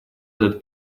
этот